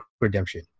Redemption